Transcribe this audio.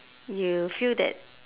you feel that